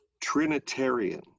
Trinitarian